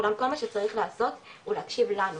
אולם כל מה שצריך לעשות הוא להקשיב לנו.